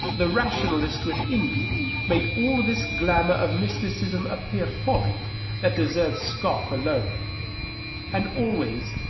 the rationalist within me made all this glamour of mysticism appear folly that deserved scoff alone and always,